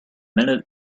minute